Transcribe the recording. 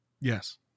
Yes